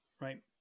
right